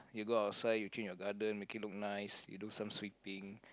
you go outside you change your garden make it look nice you do some sweeping